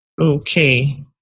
Okay